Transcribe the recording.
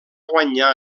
guanyar